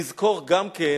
נזכור גם כן